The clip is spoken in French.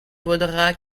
vaudra